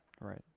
Right